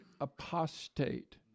apostate